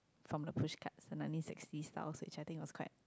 from the pushcart in the nineteen sixty style I think it was quite